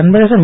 Anbazhagan